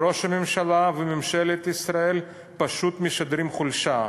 ראש הממשלה וממשלת ישראל פשוט משדרים חולשה.